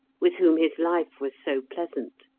with whom his life was so pleasant.